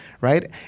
right